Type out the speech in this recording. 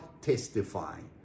testifying